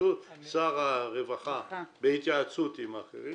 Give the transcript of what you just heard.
בהתייעצות שר הרווחה עם האחרים,